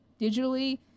digitally